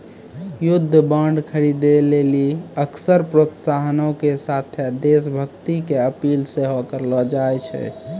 युद्ध बांड खरीदे लेली अक्सर प्रोत्साहनो के साथे देश भक्ति के अपील सेहो करलो जाय छै